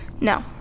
no